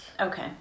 Okay